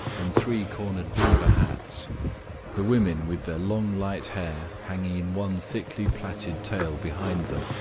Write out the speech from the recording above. and three-cornered beaver hats the women with their long light hair hanging in one thickly plaited tail behind them,